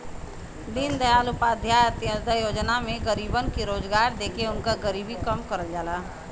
दीनदयाल उपाध्याय अंत्योदय योजना में गरीबन के रोजगार देके उनकर गरीबी कम करल जाला